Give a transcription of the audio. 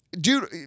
dude